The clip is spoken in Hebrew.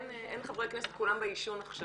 תודה רבה שהזמנתם אותנו, הדיון הזה